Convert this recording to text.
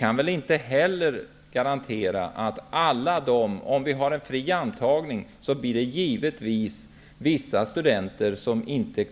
antagning kommer självfallet vissa studenter inte att klara given utbildning. Vi kan inte garantera något annat.